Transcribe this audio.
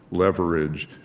leverage.